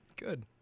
Good